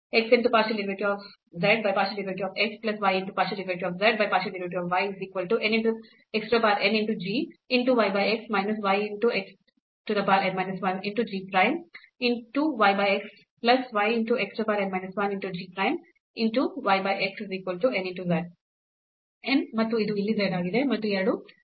n ಮತ್ತು ಇದು ಇಲ್ಲಿ z ಆಗಿದೆ ಮತ್ತು ಈ 2 ರದ್ದುಗೊಳ್ಳುತ್ತದೆ